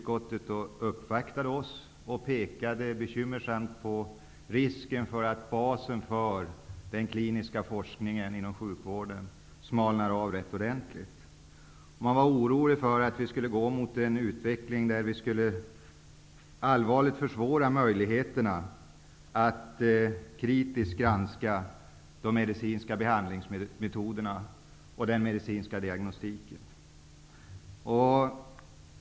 Man påpekade bekymmersamt risken att basen för den kliniska forskningen inom sjukvården håller på att smalna av rätt ordentligt. Man var orolig över att vi skulle gå mot en utveckling där vi allvarligt skulle försvåra möjligheterna att kritiskt granska de medicinska behandlingsmetoderna och den medicinska diagnostiken.